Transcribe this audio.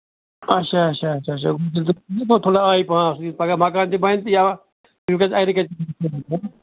اَچھا اَچھا اَچھا وُنکیٚس گوٚژھ تھوڑا آیہِ پَہم آسُن پَگاہ مَکانہٕ تہِ بَنہِ یا ایگریکلچر